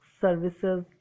services